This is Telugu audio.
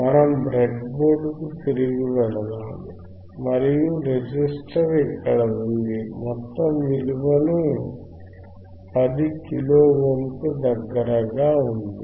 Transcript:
మనం బ్రెడ్బోర్డుకు తిరిగి వెళ్దాం మరియు రెసిస్టర్ ఇక్కడ ఉంది మొత్తం విలువను 10 కిలోల ఓమ్ కు దగ్గరగా ఉంది